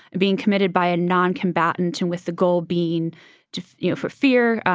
and being committed by a noncombatant and with the goal being to, you know, for fear,